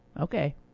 Okay